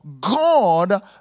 God